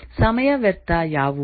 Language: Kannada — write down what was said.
ಸಮಯ ವ್ಯರ್ಥ ಯಾವುವು